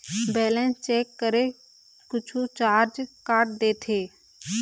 Balance check करें कुछू charge काट देथे?